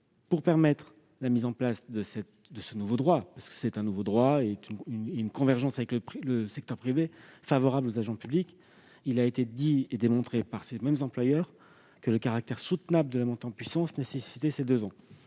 agi de mettre en place ce nouveau droit et cette convergence avec le secteur privé, favorable aux agents publics, il a été dit et démontré par lesdits employeurs que le caractère soutenable de la montée en puissance nécessitait ces deux ans.